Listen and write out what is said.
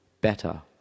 Better